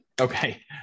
Okay